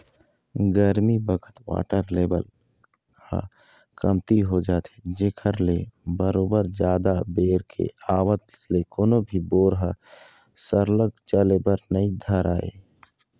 गरमी बखत water level ह कमती हो जाथे जेखर ले बरोबर जादा बेर के आवत ले कोनो भी बोर ह सरलग चले बर नइ धरय